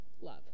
love